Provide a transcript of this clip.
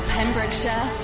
Pembrokeshire